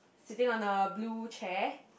sitting on a blue chair